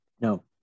no